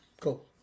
Cool